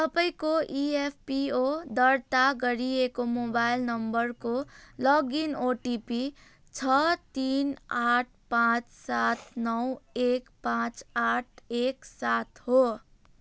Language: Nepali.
तपाईँँको इएफपिओ दर्ता गरिएको मोबाइल नम्बरको लगइन ओटिपी छ तिन आठ पाँच सात नौ एक पाँच आठ एक सात हो